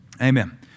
Amen